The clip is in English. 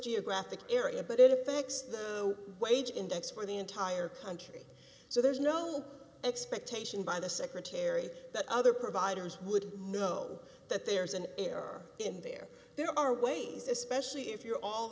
geographic area but it effects the wage index for the entire country so there's no expectation by the secretary that other providers would know that there's an error in there there are ways especially if you're all